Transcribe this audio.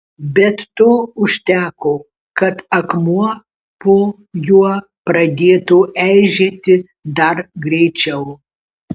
bet to užteko kad akmuo po juo pradėtų eižėti dar greičiau